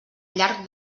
llarg